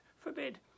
forbid